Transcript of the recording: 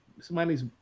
Somebody's